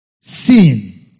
sin